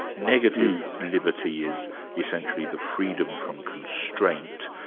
negative liberty is essentially the freedom from constraint,